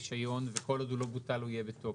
רישיון וכל עוד הוא לא בוטל הוא יהיה בתוקף?